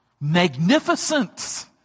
Magnificent